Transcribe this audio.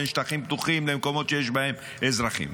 בין שטחים פתוחים למקומות שיש בהם אזרחים.